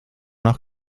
nach